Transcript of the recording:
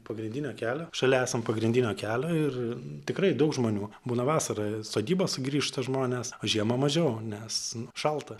pagrindinio kelio šalia esam pagrindinio kelio ir tikrai daug žmonių būna vasarą sodybą sugrįžta žmonės o žiemą mažiau nes nu šalta